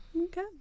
Okay